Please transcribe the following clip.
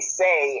say